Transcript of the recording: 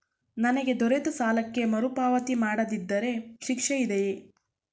ನನಗೆ ದೊರೆತ ಸಾಲಕ್ಕೆ ಮರುಪಾವತಿ ಮಾಡದಿದ್ದರೆ ಶಿಕ್ಷೆ ಇದೆಯೇ?